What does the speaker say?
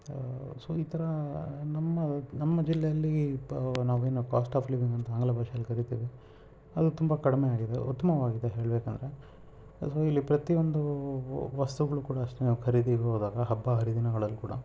so ಈ ಥರ ನಮ್ಮ ನಮ್ಮ ಜಿಲ್ಲೆಯಲ್ಲಿ ಪ ನಾವೇನು ಕಾಸ್ಟ್ ಆಫ್ ಲಿವಿಂಗ್ ಅಂತ ಆಂಗ್ಲ ಭಾಷೆಯಲ್ಲಿ ಕರೀತೀವಿ ಅದು ತುಂಬ ಕಡಿಮೆಯಾಗಿದೆ ಉತ್ತಮವಾಗಿದೆ ಹೇಳಬೇಕಂದ್ರೆ ಅದು ಇಲ್ಲಿ ಪ್ರತಿಯೊಂದು ವಸ್ತುಗಳು ಕೂಡ ಅಷ್ಟೆ ನಾವು ಖರೀದಿಗೆ ಹೋದಾಗ ಹಬ್ಬ ಹರಿದಿನಗಳಲ್ಲಿ ಕೂಡ